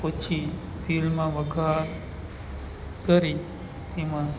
પછી તેલમાં વઘાર કરી તેમાં